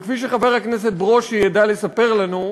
כפי שחבר הכנסת ברושי ידע לספר לנו,